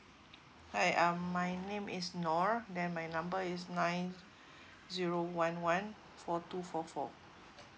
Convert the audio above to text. hi um my name is N O R then my number is nine zero one one four two four four